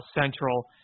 Central